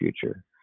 future